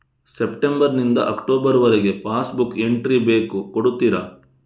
September ನಿಂದ October ವರಗೆ passbook entry ಬೇಕು ಕೊಡುತ್ತೀರಾ?